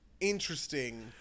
interesting